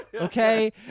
Okay